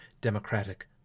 democratic